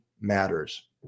matters